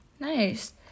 Nice